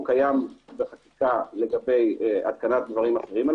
הוא קיים בחקיקה לגבי התקנת דברים אחרים על